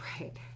right